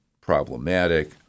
problematic